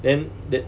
then that